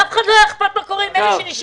לאף אחד לא היה אכפת מאלה שנשארו.